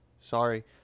Sorry